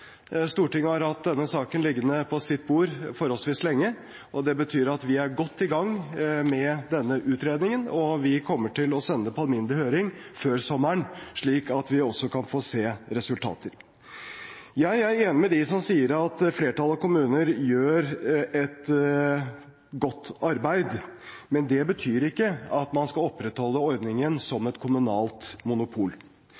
Stortinget har hatt denne saken liggende på sitt bord forholdsvis lenge, og det betyr at vi er godt i gang med denne utredningen. Vi kommer til å sende det på alminnelig høring før sommeren, slik at vi også kan få se resultater. Jeg er enig med dem som sier at flertallet av kommuner gjør et godt arbeid, men det betyr ikke at man skal opprettholde ordningen